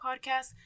podcast